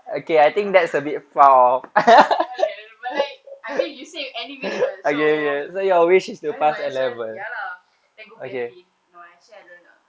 ya what ah but like I mean you say you any wish right so I mean my answer ya lah then go no actually I don't know lah